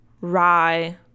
rye